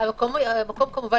לפעול